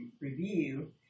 Review